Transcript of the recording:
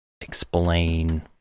explain